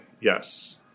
Yes